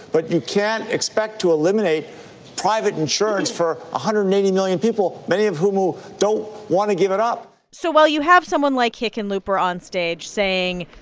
but you can't expect to eliminate private insurance for one hundred and eighty million people, many of whom who don't want to give it up so while you have someone like hickenlooper on stage, saying,